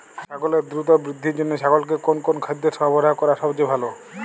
ছাগলের দ্রুত বৃদ্ধির জন্য ছাগলকে কোন কোন খাদ্য সরবরাহ করা সবচেয়ে ভালো?